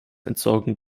entsorgung